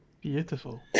Beautiful